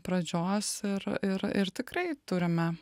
pradžios ir ir ir tikrai turime